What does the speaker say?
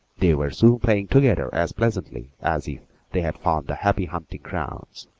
they were soon playing together as pleasantly as if they had found the happy hunting grounds.